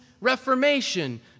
reformation